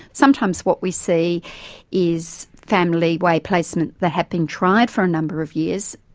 sometimes what we see is family way placements that have been tried for a number of years,